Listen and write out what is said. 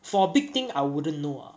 for big thing I wouldn't know ah